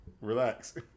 Relax